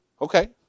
Okay